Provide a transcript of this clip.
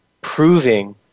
proving